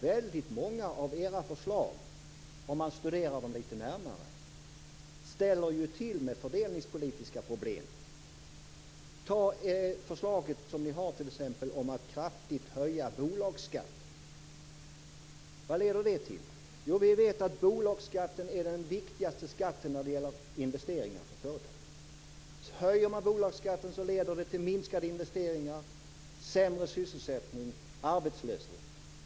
Väldigt många av era förslag, om man studerar dem litet närmare, ställer ju till med fördelningspolitiska problem. Ta t.ex. ert förslaget om att kraftigt höja bolagsskatten. Vad leder det till? Vi vet att bolagsskatten är den viktigaste skatten när det gäller investeringar för företagen. Höjer man bolagsskatten leder det till minskade investeringar, sämre sysselsättning, arbetslöshet.